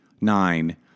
nine